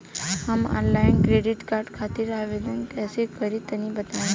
हम online credit card खातिर आवेदन कइसे करि तनि बताई?